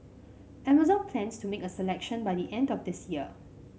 Amazon plans to make a selection by the end of this year